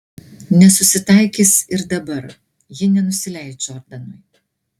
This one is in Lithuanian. nesusitaikys ir dabar ji nenusileis džordanui